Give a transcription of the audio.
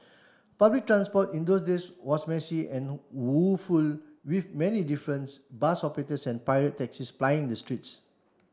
public transport in those days was messy and woeful with many difference bus operators and pirate taxis plying the streets